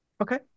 Okay